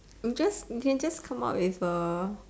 I am just you can just come up with A